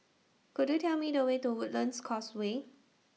Could YOU Tell Me The Way to Woodlands Causeway